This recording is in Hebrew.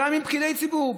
עם פקידי ציבור.